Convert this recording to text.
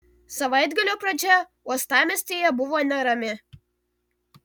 savaitgalio pradžia uostamiestyje buvo nerami